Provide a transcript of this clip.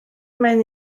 mae